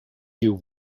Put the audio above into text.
you